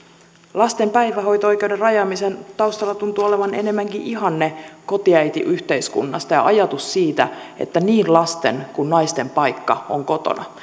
lasten päivähoito oikeuden rajaamisen taustalla tuntuu olevan enemmänkin ihanne kotiäitiyhteiskunnasta ja ajatus siitä että niin lasten kuin naisten paikka on kotona